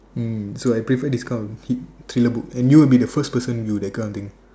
so I prefer this kind of thri~ thriller book and you will be the first person to that kinda thing